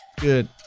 good